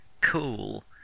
cool